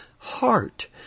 heart